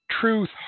truth